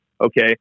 okay